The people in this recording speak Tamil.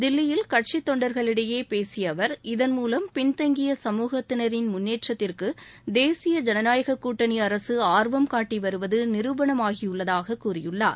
தில்லியில் கட்சி தொண்டர்களிடையே பேசிய அவர் இதன் மூலம் பின்தங்கிய சமுகத்தினரின் முன்னேற்றத்திற்கு தேசிய ஜனநாயக கூட்டணி அரசு ஆர்வம் காட்டி வருவது நிருபணமாகியுள்ளதாக கூறியுள்ளார்